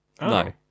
no